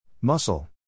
Muscle